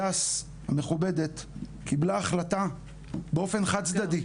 הגר המכובדת קבלה החלטה באופן חד צדדי,